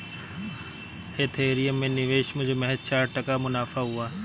Ethereum में निवेश मुझे महज चार टका मुनाफा हुआ